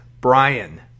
Brian